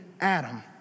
Adam